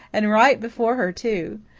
and right before her, too!